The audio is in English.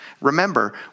Remember